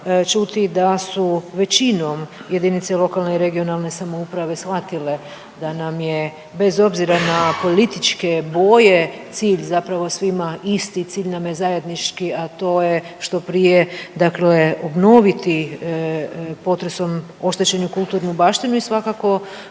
čuti da su većinom jedinice lokalne i regionalne samouprave shvatile da nam je bez obzira na političke boje cilj zapravo svima isti, cilj nam je zajednički, a to je što prije dakle obnoviti potresom oštećenu kulturnu baštinu i svakako